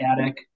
attic